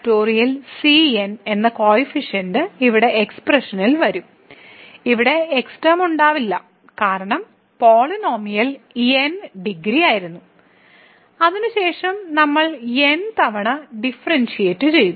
cn എന്ന coefficient ഇവിടെ എക്സ്പ്രഷനിൽ വരും ഇവിടെ എക്സ് ടേം ഉണ്ടാകില്ല കാരണം പോളിനോമിയൽ n ഡിഗ്രിയായിരുന്നു അതിനുശേഷം നമ്മൾ n തവണ ഡിഫറെന്ഷ്യേറ്റ് ചെയ്തു